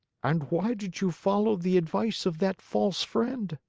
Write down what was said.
and why did you follow the advice of that false friend?